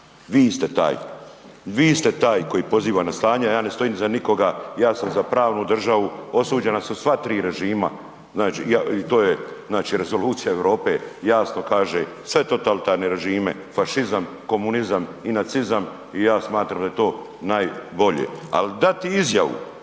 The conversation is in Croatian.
vi ste taj. Vi ste taj koji poziva na stanje, ja ne stojim iza nikoga, ja sam za pravnu državu. Osuđena su sva tri režima i to je Rezolucija Europe jasno kaže, sve totalitarne režime fašizam, komunizam i nacizam i ja smatram da je to najbolje. Ali dati izjavu